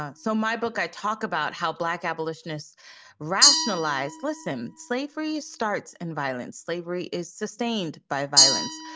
ah so my book, i talk about how black abolitionists rationalize lissome slavery starts and violence. slavery is sustained by violence.